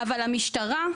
אבל המשטרה,